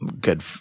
good